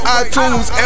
iTunes